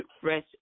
fresh